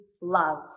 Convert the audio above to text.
love